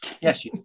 Yes